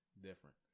different